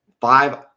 five